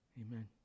Amen